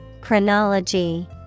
Chronology